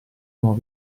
nuove